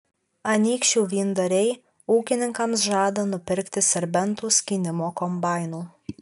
anykščių vyndariai ūkininkams žada nupirkti serbentų skynimo kombainų